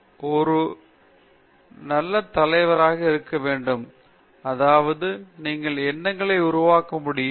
எனவே நீங்கள் நான் ஒரு நீரூற்று தலைவர் இருக்க வேண்டும் அதாவது நீங்கள் எண்ணங்களை உருவாக்க முடியும்